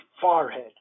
forehead